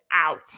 out